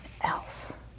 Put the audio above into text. else